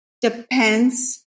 depends